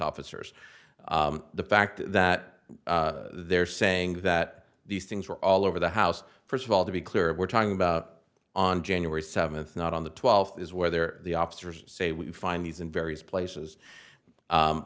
officers the fact that they're saying that these things were all over the house first of all to be clear we're talking about on january seventh not on the twelfth is whether the officers say we find these in various places